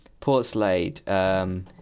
Portslade